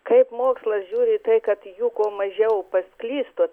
kaip mokslas žiūri į tai kad jų kuo mažiau pasiklistų